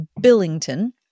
Billington